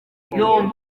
congo